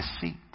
deceit